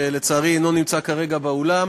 שלצערי אינו נמצא כרגע באולם,